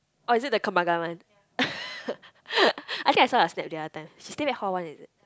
orh is it the Kembangan one I think I saw her snap the other time she stay back hall one is it